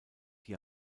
die